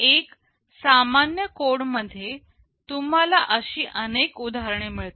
एका सामान्य कोड मध्ये तुम्हाला अशी अनेक उदाहरण मिळतील